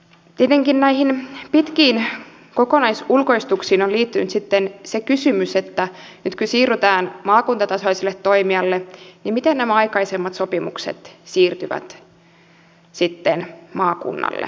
tietenkin näihin pitkiin kokonaisulkoistuksiin on liittynyt sitten se kysymys että kun nyt siirrytään maakuntatasoiselle toimijalle niin miten nämä aikaisemmat sopimukset siirtyvät sitten maakunnalle